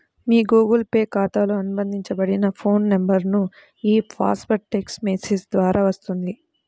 మీ Google Pay ఖాతాతో అనుబంధించబడిన phone నంబర్కు ఈ పాస్వర్డ్ టెక్ట్స్ మెసేజ్ ద్వారా వస్తుంది